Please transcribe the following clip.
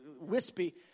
wispy